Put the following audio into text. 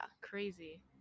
Crazy